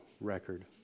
record